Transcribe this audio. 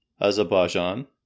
Azerbaijan